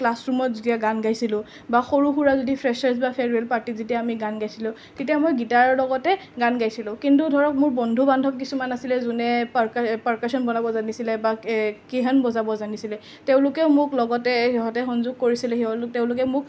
class ৰুমত যেতিয়া গান গাইছিলোঁ বা সৰুসুৰা যদি ফ্ৰেছাৰছ বা ফেয়াৰৱেল পাৰ্টীত গান গাইছিলোঁ তেতিয়া মই গীটাৰৰ লগতে গান গাইছিলোঁ কিন্তু ধৰক মোৰ বন্ধু বান্ধৱ কিছুমান আছিলে যোনে পাৰ্কাশ্যন বনাব জানিছিল বা বজাব জানিছিলে তেওঁলোকেও মোক লগতে সিহঁতে সংযোগ কৰিছিলে সিহঁতে তেওঁলোকে মোক